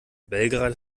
belgrad